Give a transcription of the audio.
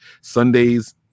sundays